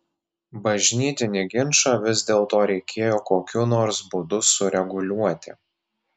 bažnytinį ginčą vis dėlto reikėjo kokiu nors būdu sureguliuoti